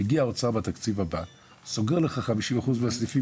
מגיע משרד האוצר בתקציב הבא וסוגר לך כ-50% מהסניפים